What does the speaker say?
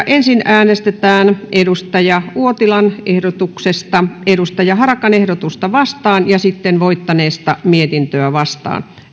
ensin äänestetään kari uotilan ehdotuksesta timo harakan ehdotusta vastaan ja sitten voittaneesta mietintöä vastaan